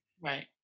Right